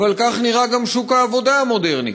אבל כך נראה גם שוק העבודה המודרני,